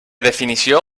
definició